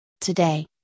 Today